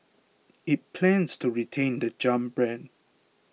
it plans to retain the Jump brand